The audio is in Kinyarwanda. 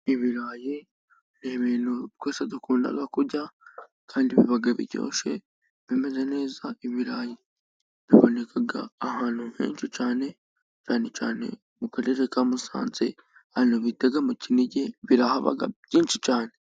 Ibirayi ni ibintu twese dukunda kurya. Kandi biba biryoshye ,bimeze neza. Ibirayi biboneka ahantu henshi cyane, cyane cyane mu karere ka Musanze ahantu bita mu Kinigi birahaba byinshi cyane.